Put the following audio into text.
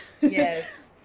Yes